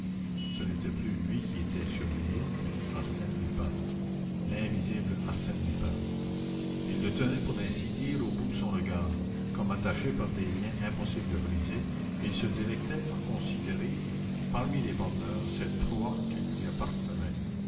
ce n'était plus lui qui était surveillé mais arsène lupin l'invisible arsène lupin il le tenait pour ainsi dire au bout de son regard comme attaché par des liens impossibles à briser et il se délectait à considérer parmi les promeneurs cette proie qui lui appartenait